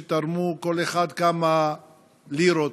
תרמו כל אחד כמה לירות,